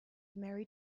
married